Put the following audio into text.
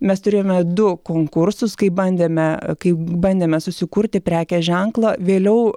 mes turėjome du konkursus kai bandėme kai bandėme susikurti prekės ženklą vėliau